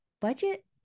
budget